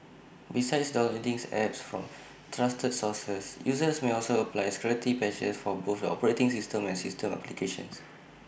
besides downloading apps from trusted sources users may also apply security patches for both the operating system and system applications